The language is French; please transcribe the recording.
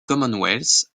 commonwealth